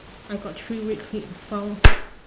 I got three red clip found